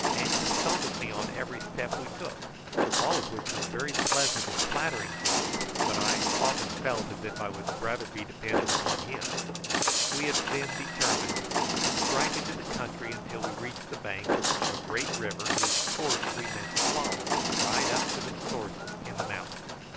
and consulted me on every step we took all of which was very pleasant and flattering to me but i often felt as if i would rather be dependent upon him we had then determined to strike into the country until we reached the banks of a great river, whose course we meant to follow right up to the sources in the mountains.